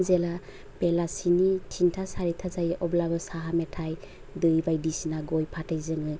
जेला बेलासिनि टिन्टा चारिथा जायो अब्लाबो साहा मेथाइ दै बायदिसिना गय फाथै जोङो